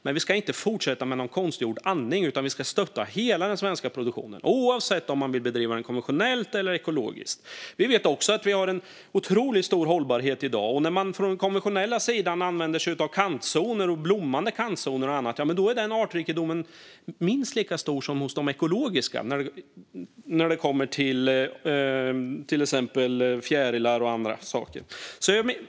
Men vi ska inte fortsätta med konstgjord andning, utan vi ska stötta hela den svenska produktionen, oavsett om den bedrivs konventionellt eller ekologiskt. Vi vet också att vi har en otroligt stor hållbarhet i dag. När man på den konventionella sidan använder sig av blommande kantzoner och annat är artrikedomen i form av fjärilar och andra saker minst lika stor som hos de ekologiska odlarna.